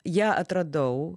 ją atradau